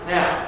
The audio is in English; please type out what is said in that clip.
Now